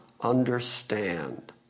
understand